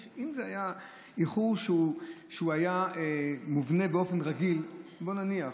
אם זה היה איחור שהיה מובנה באופן רגיל, בוא נניח.